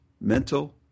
mental